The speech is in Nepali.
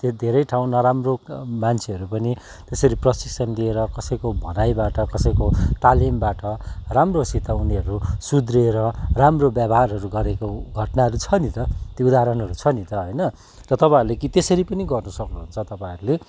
त्यो धेरै ठाउँ नराम्रो मान्छेहरू पनि त्यसरी प्रशिक्षण लिएर कसैको भनाइबाट कसैको तालिमबाट राम्रोसित उनीहरू सुध्रिएर राम्रो व्यवहारहरू गरेको घटनाहरू छ नि त त्यो उदाहरणहरू छ नि त होइन त तपाईँहरूले त्यसरी पनि गर्नु सक्नुहुन्छ तपाइँहरूले